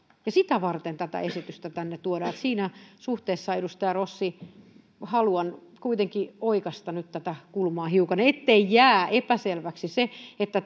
ja sitä varten tätä esitystä tänne tuodaan niin että siinä suhteessa edustaja rossi haluan kuitenkin oikaista nyt tätä kulmaa hiukan ettei jää epäselväksi se että